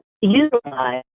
utilize